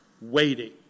Waiting